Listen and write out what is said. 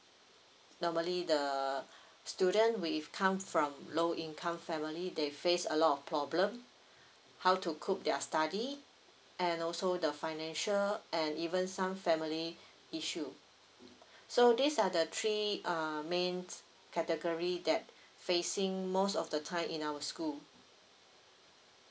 normally the student with come from low income family they face a lot of problem how to cope their study and also the financial and even some family issue so these are the three uh main category that facing most of the time in our school